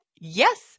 Yes